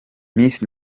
miss